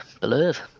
Believe